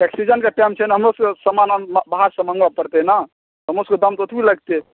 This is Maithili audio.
तऽ सीजनके टाइम छै ने हमरोसभकेँ सामान बाहरसँ मङ्गबय पड़तै ने हमरोसभकेँ दाम तऽ ओतबी लगतै